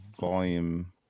volume